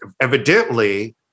evidently